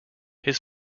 his